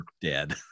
dead